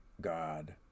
God